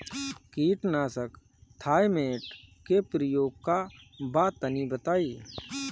कीटनाशक थाइमेट के प्रयोग का बा तनि बताई?